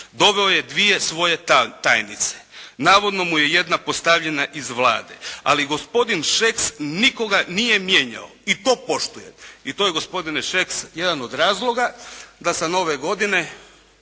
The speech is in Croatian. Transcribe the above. doveo je dvije svoje tajnice, navodno mu je jedna postavljena iz Vlade, ali gospodin Šeks nikoga nije mijenjao i to poštujem. I to je gospodine Šeks jedan od razloga da sam ove godine